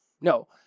No